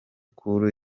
cool